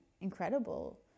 incredible